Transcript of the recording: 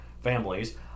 families